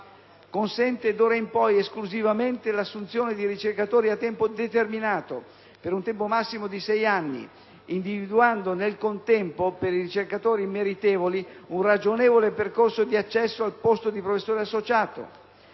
Consente d'ora in poi esclusivamente l'assunzione di ricercatori a tempo determinato (per un tempo massimo di 6 anni), individuando nel contempo per i ricercatori meritevoli un ragionevole percorso di accesso al posto di professore associato.